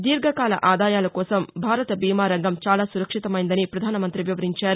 దీర్ఘకాల ఆదాయాల కోసం భారత బీమా రంగం చాలా సురక్షితమైందని ప్రధానమంత్రి వివరించారు